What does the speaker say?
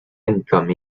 income